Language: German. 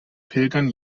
pilgern